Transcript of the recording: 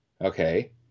okay